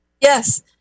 Yes